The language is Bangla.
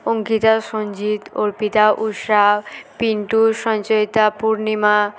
অঙ্কিতা সঞ্জিত অর্পিতা উশ্রা পিন্টু সঞ্চয়িতা পূর্ণিমা